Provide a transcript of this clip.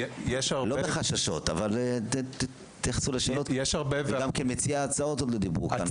אבל זה דבר שעוזר ומקל בחדרי המיון.